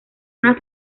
una